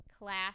class